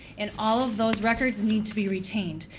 and all of those records need to be retained.